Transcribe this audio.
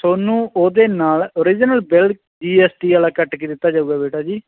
ਤੁਹਾਨੂੰ ਉਹਦੇ ਨਾਲ ਓਰਿਜਨਲ ਬਿਲ ਜੀਐਸਟੀ ਵਾਲਾ ਕੱਟ ਕੇ ਦਿੱਤਾ ਜਾਵੇਗਾ ਬੇਟਾ ਜੀ